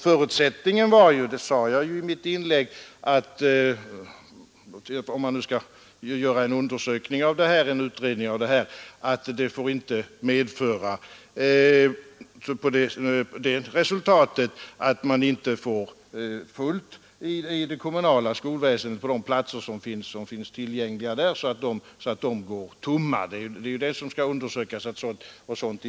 Förutsättningen var ju — det sade jag i mitt förra inlägg — att man ändå får full beläggning av de platser som finns inom det kommunala skolväsendet. Om platser står tomma där, då kan det inträffa att det sammanlagt blir dyrare för samhället.